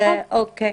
נכון.